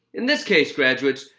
in this case, graduates,